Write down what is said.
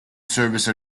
service